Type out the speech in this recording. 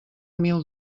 mil